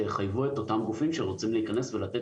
שיחייבו את אותם הגופים שרוצים להיכנס ולתת